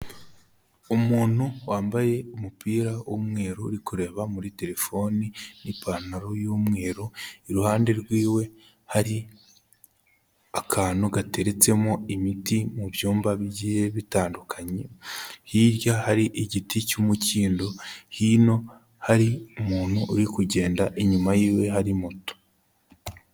Umuntu wambaye umupira w'umweru uri kureba muri telefoni n'ipantaro y'umweru, iruhande rwiwe hari akantu gateretsemo imiti mu byumba bigiye bitandukanye, hirya hari igiti cy'umukindo, hino hari umuntu uri kugenda inyuma y'iwe hari moto.